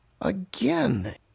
Again